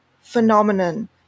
phenomenon